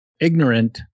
ignorant